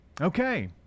Okay